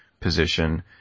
position